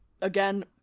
again